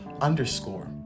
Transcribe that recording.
underscore